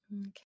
Okay